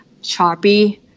Sharpie